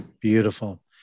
Beautiful